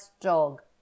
dog